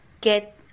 get